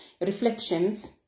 reflections